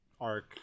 arc